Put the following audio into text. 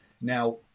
now